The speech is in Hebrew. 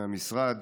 מהמשרד,